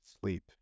Sleep